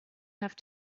have